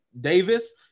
Davis